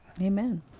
Amen